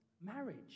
marriage